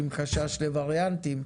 עם חשש לווריאנטים.